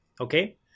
Okay